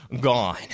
gone